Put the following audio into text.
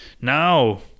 now